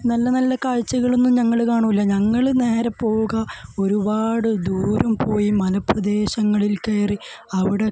നല്ല നല്ല കാഴ്ചകളൊന്നും ഞങ്ങൾ കാണില്ല ഞങ്ങൾ നേരെ പോകുക ഒരുപാട് ദൂരം പോയി മലപ്രദേശങ്ങളിൽ കയറി അവിടെ